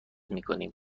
میکنیم